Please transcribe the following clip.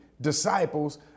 disciples